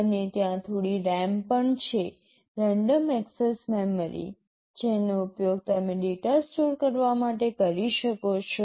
અને ત્યાં થોડી RAM પણ છે રેન્ડમ એક્સેસ મેમરી જેનો ઉપયોગ તમે ડેટા સ્ટોર કરવા માટે કરી શકો છો